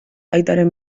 aitaren